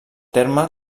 terme